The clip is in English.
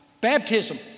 baptism